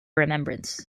remembrance